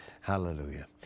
Hallelujah